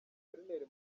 guverineri